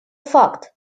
факт